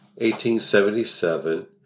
1877